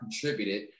contributed